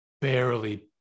barely